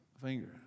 finger